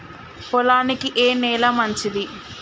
పొలానికి ఏ నేల మంచిది?